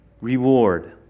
reward